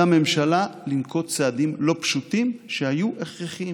לממשלה לנקוט צעדים לא פשוטים שהיו הכרחיים.